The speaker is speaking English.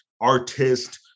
artist